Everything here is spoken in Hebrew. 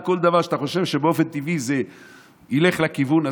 על כל דבר שאתה חושב שבאופן טבעי ילך לכיוון הזה,